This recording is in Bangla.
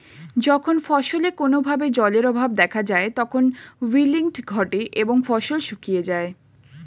যখন ফসলে কোনো ভাবে জলের অভাব দেখা যায় তখন উইল্টিং ঘটে এবং ফসল শুকিয়ে যায়